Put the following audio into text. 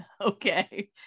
okay